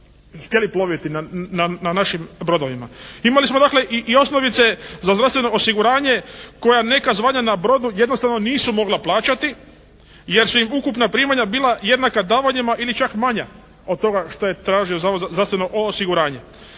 htjeli ploviti na našim brodovima. Imali smo dakle i osnovice za zdravstveno osiguranje koja neka zvanja na brodu jednostavno nisu mogla plaćati jer su im ukupna primanja bila jednaka davanjima ili čak manja od toga što je tražio Zavod za zdravstveno osiguranje.